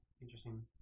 Interesting